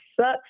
sucks